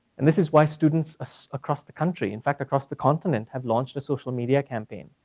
and this is why students ah so across the country, in fact, across the continent, have launched a social media campaign.